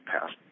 past